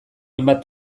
hainbat